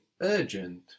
URGENT